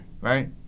Right